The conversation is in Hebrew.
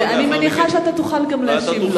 אז אני מניחה שתוכל להשיב לו.